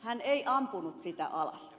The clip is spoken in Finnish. hän ei ampunut sitä alas